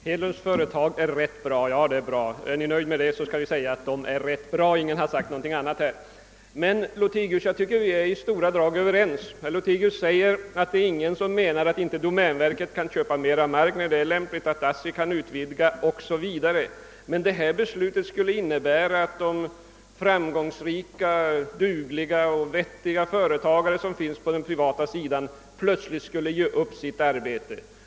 Hedlunds företag är rätt bra. Ingen har sagt någonting annat. Är ni nöjda med det beskedet, är det bra. Lothigius och vi är i stora drag överens. Lothigius säger att ingen menar att domänverket inte bör få köpa mer mark eller att ASSI inte skall få utvidga när det är lämpligt. Men han säger att ett bifall till motionen skulle innebära att de framgångsrika, dugliga och vettiga företagarna på den privata sidan plötsligt skulle ge upp sitt arbete.